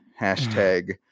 Hashtag